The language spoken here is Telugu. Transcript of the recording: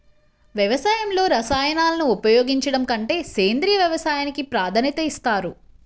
వ్యవసాయంలో రసాయనాలను ఉపయోగించడం కంటే సేంద్రియ వ్యవసాయానికి ప్రాధాన్యత ఇస్తారు